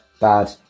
bad